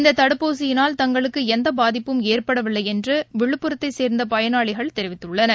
இந்ததடுப்பூசியினால் தங்களுக்குளந்தபாதிப்பும் ஏற்படவில்லைஎன்றுவிழுப்புரத்தைச் சேந்தபயனாளிகள் தெரிவித்துள்ளனர்